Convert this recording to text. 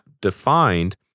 defined